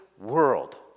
world